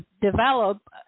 develop